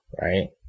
right